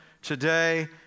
Today